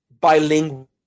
bilingual